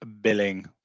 Billing